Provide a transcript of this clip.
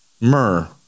myrrh